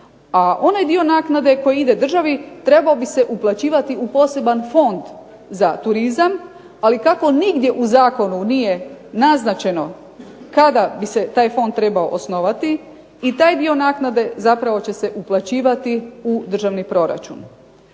a onaj dio naknade koji ide državi trebao bi se uplaćivati u poseban fond za turizam. Ali kako nigdje u zakonu nije naznačeno kada bi se taj fond trebao osnovati i taj dio naknade zapravo će se uplaćivati u državni proračun.